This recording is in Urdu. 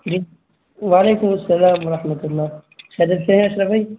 جی وعلیکم السّلام و رحمتہ اللہ خیریت سے ہیں اشرف بھائی